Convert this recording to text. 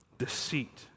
Deceit